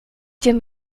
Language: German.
den